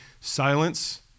silence